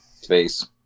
space